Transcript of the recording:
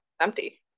empty